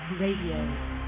Radio